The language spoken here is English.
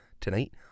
Tonight